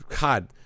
God